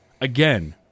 Again